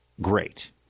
great